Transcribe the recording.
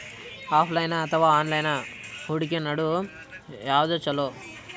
Offline ಅಥವಾ online ಹೂಡಿಕೆ ನಡು ಯವಾದ ಛೊಲೊ?